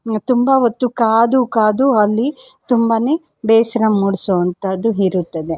ತುಂಬ ಹೊತ್ತು ಕಾದು ಕಾದು ಅಲ್ಲಿ ತುಂಬನೇ ಬೇಸರ ಮೂಡಿಸುವಂತಹದ್ದು ಇರುತ್ತದೆ